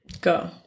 Go